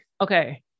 Okay